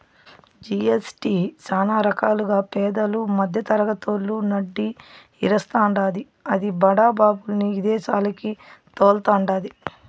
GST సానా రకాలుగా పేదలు, మద్దెతరగతోళ్ళు నడ్డి ఇరస్తాండాది, అది బడా బాబుల్ని ఇదేశాలకి తోల్తండాది